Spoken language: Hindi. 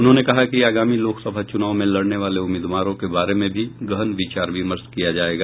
उन्होंने कहा कि आगामी लोकसभा चुनाव में लड़ने वाले उम्मीदवारों के बारे में भी गहन विचार विमर्श किया जायेगा